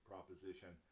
Proposition